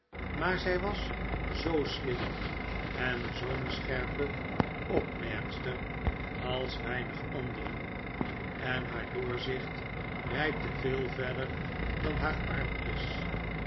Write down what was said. maar zij was zoo slim en zoo'n scherpe opmerkster als weinig anderen en haar doorzicht reikte veel verder dan haar armpjes